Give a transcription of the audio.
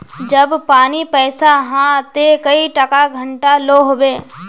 जब पानी पैसा हाँ ते कई टका घंटा लो होबे?